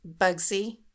Bugsy